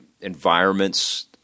environments